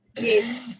Yes